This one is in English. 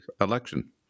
election